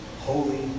holy